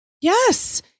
yes